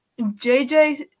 JJ